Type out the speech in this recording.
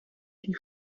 die